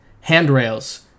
handrails